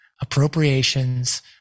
Appropriations